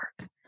work